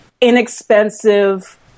inexpensive